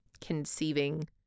conceiving